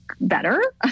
better